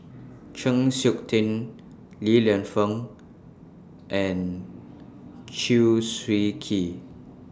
Chng Seok Tin Li Lienfung and Chew Swee Kee